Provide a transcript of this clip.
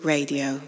Radio